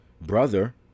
brother